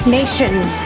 nations